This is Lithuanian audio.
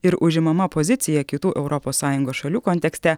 ir užimama pozicija kitų europos sąjungos šalių kontekste